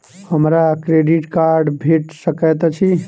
हमरा credit card भेट सकैत अछि?